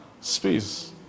space